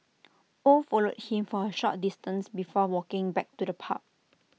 oh followed him for A short distance before walking back to the pub